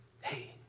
Hey